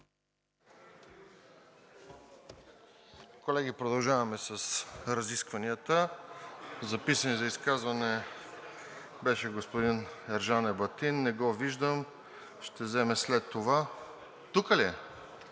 Колеги, продължаваме с разискванията. Записан за изказване беше господин Ерджан Ебатин. Не го виждам. Ще вземе след това. (Реплики.)